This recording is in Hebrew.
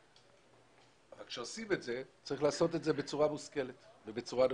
רק שצריך לעשות את זה בצורה מושכלת ונכונה.